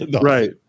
Right